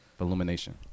Illumination